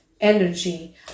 energy